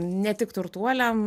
ne tik turtuoliam